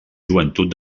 joventut